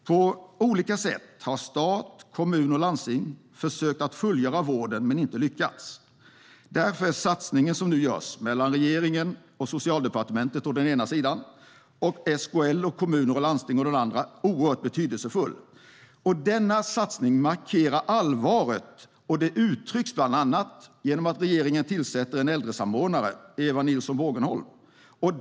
På olika sätt har stat, kommun och landsting försökt att fullgöra vården men inte lyckats. Därför är den satsning som nu görs mellan regeringen och Socialdepartementet, å den ena sidan, och SKL, å den andra sidan, oerhört betydelsefull. Denna satsning markerar allvaret, och det uttrycks bland annat genom att regeringen tillsatt en äldresamordnare, Eva Nilsson Bågenholm.